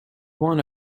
won